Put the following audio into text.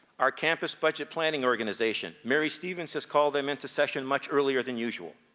our campus budget planning organization. mary stevens has called them into session much earlier than usual.